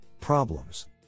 problems